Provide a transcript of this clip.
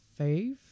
Fave